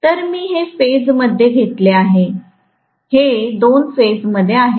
तर मी हे फेजमद्धे घेतले आहे हे 2 फेज मध्ये आहेत